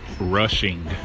rushing